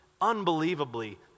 unbelievably